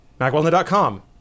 MacWeldon.com